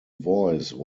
voice